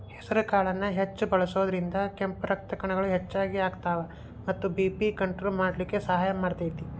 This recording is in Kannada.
ಹೆಸರಕಾಳನ್ನ ಹೆಚ್ಚ್ ಬಳಸೋದ್ರಿಂದ ಕೆಂಪ್ ರಕ್ತಕಣ ಹೆಚ್ಚಗಿ ಅಕ್ಕಾವ ಮತ್ತ ಬಿ.ಪಿ ಕಂಟ್ರೋಲ್ ಮಾಡ್ಲಿಕ್ಕೆ ಸಹಾಯ ಮಾಡ್ತೆತಿ